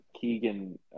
keegan